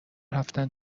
رفتن